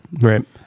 Right